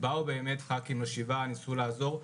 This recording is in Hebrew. באו חברי כנסת לשבעה וניסו לעזור,